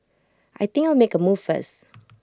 I think I'll make A move first